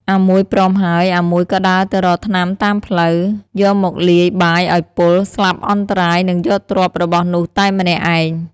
អាមួយព្រមហើយអាមួយក៏ដើរទៅរកថ្នាំតាមផ្លូវ យកមកលាយបាយឲ្យពុល ស្លាប់អន្តរាយ នឹងយកទ្រព្យរបស់នោះតែម្នាក់ឯង ។